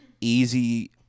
easy